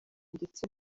ndetse